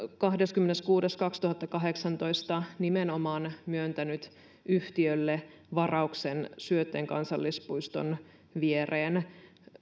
kahdeskymmenes kuudetta kaksituhattakahdeksantoista nimenomaan myöntänyt yhtiölle varauksen syötteen kansallispuiston viereen